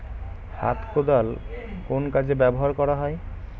হাত কোদাল কোন কাজে ব্যবহার করা হয়?